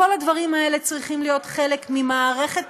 כל הדברים האלה צריכים להיות חלק ממערכת